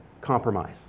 compromise